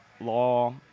law